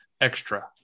extra